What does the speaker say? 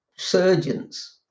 surgeons